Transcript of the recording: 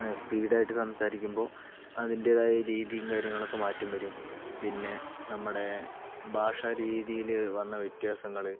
ആ സ്പീടായിട്ട് സംസാരിക്കുമ്പോൾ അതിൻ്റെതായ രീതിയും കാര്യങ്ങളൊക്കെ മാറ്റം വരും പിന്നെ നമ്മടെ ഭാഷാ രീതിയില് വന്ന വ്യത്യാസങ്ങള്